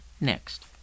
next